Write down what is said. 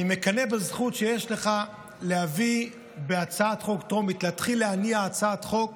אני מקנא בזכות שיש לך להביא הצעת חוק טרומית ולהתחיל להניע הצעת חוק